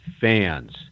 fans